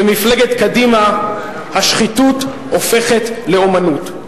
במפלגת קדימה השחיתות הופכת לאמנות.